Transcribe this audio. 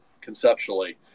conceptually